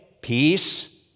peace